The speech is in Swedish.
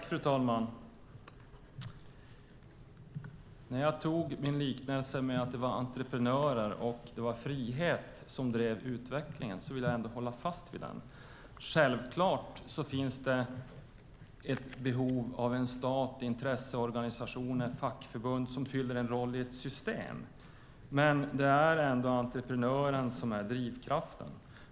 Fru talman! Min liknelse med entreprenörer och att det är frihet som driver utvecklingen vill jag hålla fast vid. Självklart finns det behov av att stat, intresseorganisationer och fackförbund fyller en roll i ett system, men det är ändå entreprenören som är drivkraften.